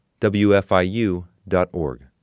wfiu.org